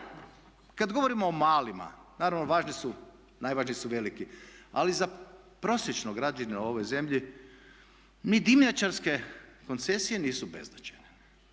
naravno važni su, najvažniji su veliki. Ali za prosječnog građanina ove zemlje ni dimnjačarske koncesije nisu beznačajne,